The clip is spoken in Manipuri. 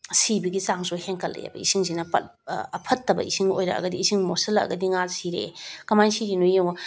ꯁꯤꯕꯒꯤ ꯆꯥꯡꯁꯨ ꯍꯦꯟꯒꯠꯂꯦꯕ ꯏꯁꯤꯡꯁꯤꯅ ꯐꯠꯇꯕ ꯏꯁꯤꯡ ꯑꯣꯏꯔꯛꯑꯒꯗꯤ ꯏꯁꯤꯡ ꯃꯣꯠꯁꯜꯂꯛꯑꯒꯗꯤ ꯉꯥ ꯁꯤꯔꯛꯑꯦ ꯀꯃꯥꯏꯅ ꯁꯤꯔꯤꯅꯣ ꯌꯦꯡꯉꯣ